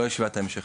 לא ישיבת ההמשך,